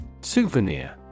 Souvenir